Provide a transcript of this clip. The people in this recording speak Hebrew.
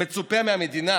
מצופה מהמדינה